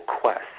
quest